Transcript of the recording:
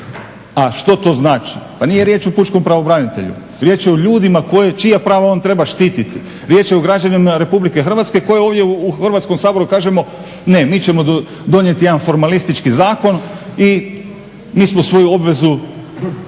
A što to znači? Pa nije riječ o pučkom pravobranitelju. Riječ je o ljudima čija prava on treba štititi, riječ je o građanima RH koje ovdje u Hrvatskom saboru kažemo ne, mi ćemo donijeti jedan formalistički zakon i mi smo svoju obvezu